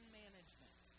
management